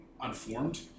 unformed